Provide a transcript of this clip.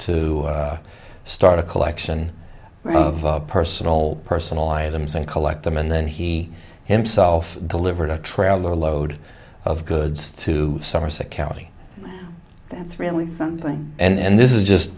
to start a collection of personal personal items and collect them and then he himself delivered a trailer load of goods to somerset county that's really something and this is just